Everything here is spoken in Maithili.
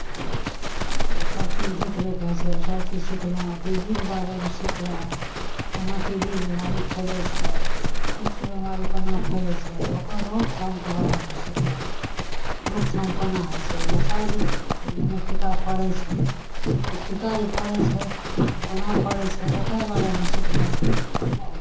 ओसभ चीज देखरेख होइ छै सभचीज सिखलहुँ टी बी के बारेमे सिखलहुँ कोना टी बी बिमारी फैलै छै कुष्ठ बिमारी कोना फैलै छै ओकर रोकथामके बारेमे सिखलहुँ रोकथाम कोना होइ छै बच्चाके जे मने टीका पड़ै छै ओ टीका जे पड़ै छै कोना पड़ै छै ओकर बारेमे सिखलहुँ